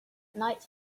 night